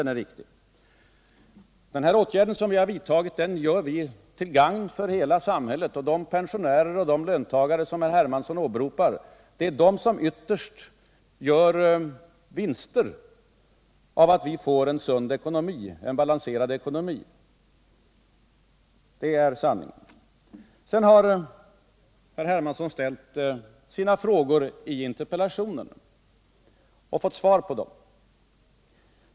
Devalveringsåtgärden har vi vidtagit till gagn för hela samhället, och de pensionärer och löntagare som herr Hermansson åberopar är de som ytterst gör en vinst på att vi får en sund och balanserad ekonomi. Detta är sanningen. Herr Hermansson har ställt sina frågor i interpellationen och fått svar på dem.